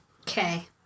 Okay